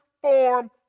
form